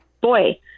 boy